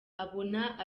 abona